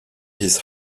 his